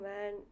man